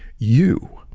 you,